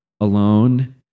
alone